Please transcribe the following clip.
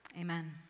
Amen